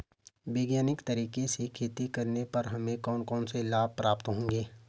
वैज्ञानिक तरीके से खेती करने पर हमें कौन कौन से लाभ प्राप्त होंगे?